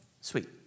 Sweet